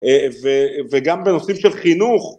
וגם בנושאים של חינוך